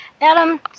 Adam